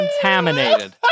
contaminated